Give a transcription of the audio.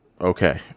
Okay